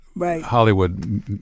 Hollywood